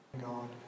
God